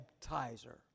baptizer